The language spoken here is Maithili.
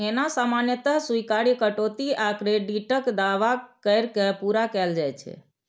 एना सामान्यतः स्वीकार्य कटौती आ क्रेडिटक दावा कैर के पूरा कैल जाइ छै